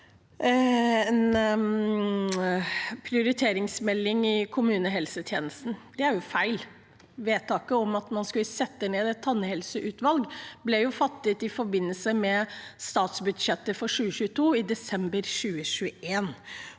en prioriteringsmelding i kommunehelsetjenesten. Det er feil. Vedtaket om at man skulle sette ned et tannhelseutvalg ble fattet i forbindelse med statsbudsjettet for 2022, i desember 2021.